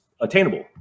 attainable